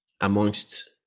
Amongst